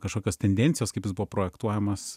kažkokios tendencijos kaip jis buvo projektuojamas